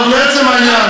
טוב, לעצם העניין.